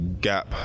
gap